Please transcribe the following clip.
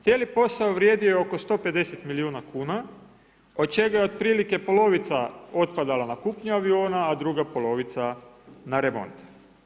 Cijeli posao vrijedi oko 150 milijuna kuna od čega je otprilike polovica otpadala na kupnju aviona a druga polovica na remonte.